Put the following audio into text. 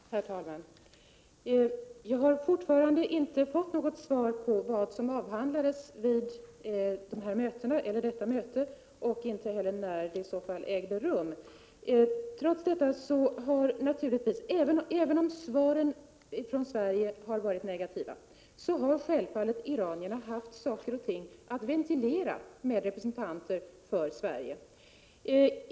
Prot. 1987/88:81 Herr talman! Jag har fortfarande inte fått något svar på vad som 3 mars 1988 avhandlades vid detta möte och inte heller när det i så fall ägde rum. Om granatgeväret Även om svaren från Sverige har varit negativa har självfallet iranierna Carl-Gustaf haft saker och ting att ventilera med representanter för Sverige.